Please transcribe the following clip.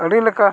ᱟᱹᱰᱤᱞᱮᱠᱟ